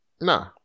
Nah